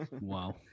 wow